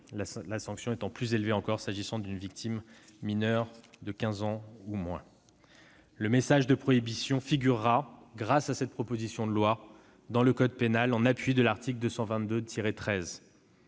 la sanction étant plus élevée encore s'agissant d'une victime mineure de 15 ans ou moins. Le message de prohibition figurera, grâce à l'adoption de cette proposition de loi, dans le code pénal, en appui de l'article 222-13.